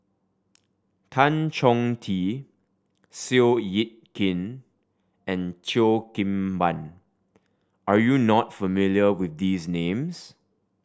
Tan Chong Tee Seow Yit Kin and Cheo Kim Ban are you not familiar with these names